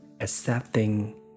accepting